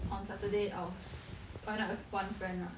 on saturday I was went out with one friend right